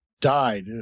died